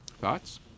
Thoughts